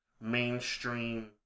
mainstream